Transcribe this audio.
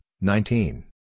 nineteen